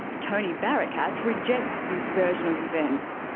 tony barakat rejects this version of events.